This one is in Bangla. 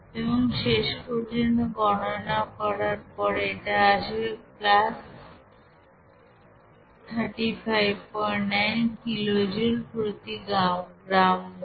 এবং শেষ পর্যন্ত গণনা করার পর এটা আসবে পজিটিভ 359 কিলোজুল প্রতি গ্রাম মোল